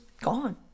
gone